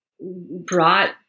brought